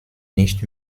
nicht